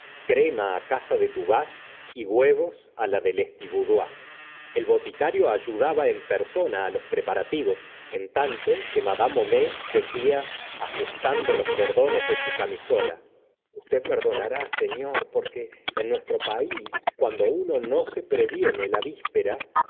crema á casa de tuvache y huevos á la de lestibudois el boticario ayudaba en persona á los preparativos en tanto que mad homais decía ajustando los cordones de su camisola usted perdonará se íor porque en nuestro país cuando uno no se previene la vispera